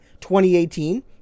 2018